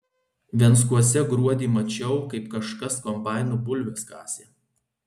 venckuose gruodį mačiau kaip kažkas kombainu bulves kasė